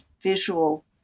visual